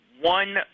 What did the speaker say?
one